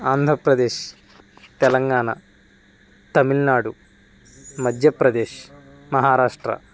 Andhra Pradesh Telangana Tamil Nadu Madhya Pradesh Maharashtra